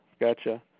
gotcha